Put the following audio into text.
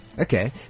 Okay